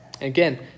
Again